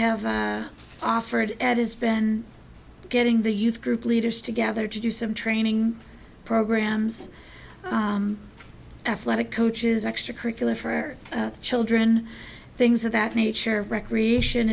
have offered at has been getting the youth group leaders together to do some training programs athletic coaches extracurricular for children things of that nature recreation